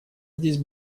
здесь